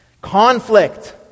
Conflict